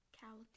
Calico